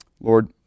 Lord